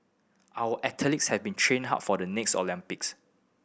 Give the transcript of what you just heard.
our athletes have been training hard for the next Olympics